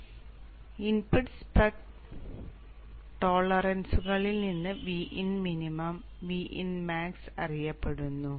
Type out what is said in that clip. അതിനാൽ Vin min input spec ടോളറൻസുകളിൽ നിന്ന് Vin min Vin max അറിയപ്പെടുന്നു